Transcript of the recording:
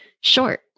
short